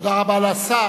תודה רבה לשר.